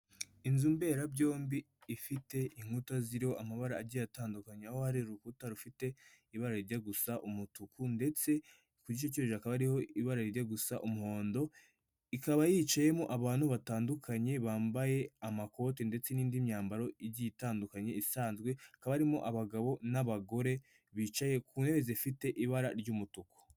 Inzu mberabyombi ifite inkuta ziriho amabara agiye atandukanya, aho hari urukuta rufite ibara rijya gusa umutuku ndetse kugice cyo hejuru hakaba hari ibara rijya gusa umuhondo, ikaba yicayemo abantu batandukanye bambaye amakoti ndetse n'indi myambaro igiye itandukanye isanzwe, hakaba harimo abagabo n'abagore bicaye ku ntebe zifite ibara ry'umutuku.